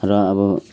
र अब